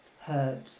Hurt